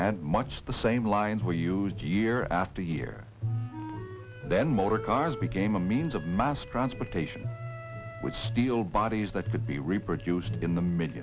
much the same lines were used year after year then motor cars became a means of mass transportation with steel bodies that could be reproduced in the mid